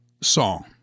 song